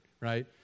right